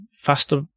Faster